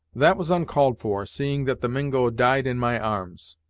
that was uncalled for, seeing that the mingo died in my arms.